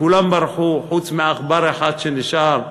וכולם ברחו, חוץ מעכבר אחד, שנשאר.